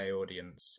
audience